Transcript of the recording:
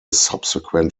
subsequent